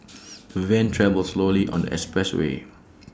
the van travelled slowly on the expressway